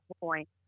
point